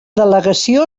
delegació